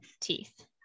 teeth